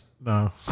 No